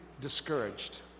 discouraged